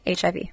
HIV